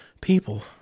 people